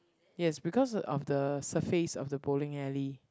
yes because of the surface of the bowling alley